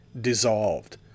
dissolved